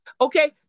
Okay